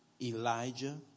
Elijah